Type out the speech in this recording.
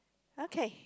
okay